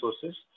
sources